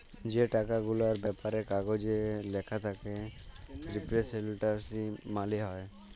যে টাকা গুলার ব্যাপারে কাগজে ল্যাখা থ্যাকে রিপ্রেসেলট্যাটিভ মালি হ্যয়